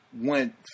went